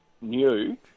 new